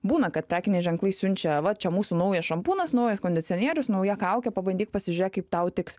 būna kad prekiniai ženklai siunčia va čia mūsų naujas šampūnas naujas kondicionierius nauja kaukė pabandyk pasižiūrėk kaip tau tiks